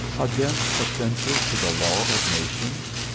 against offenses to the law of nations?